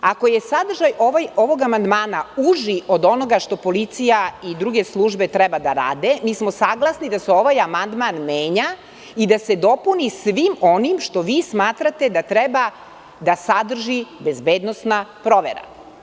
Ako je sadržaj ovog amandmana uži od onoga što policija i druge službe treba da rade ovde, mi smo saglasni da se ovaj amandman menja i da se dopuni svim onim što vi smatrate da treba da sadrži bezbednosna provera.